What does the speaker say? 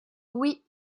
oui